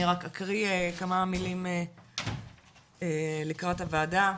אני רק אקריא כמה מילים לקראת הוועדה.